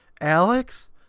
Alex